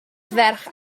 ferch